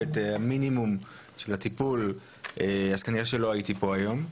את המינימום של הטיפול אז כנראה שלא הייתי פה היום,